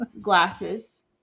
Glasses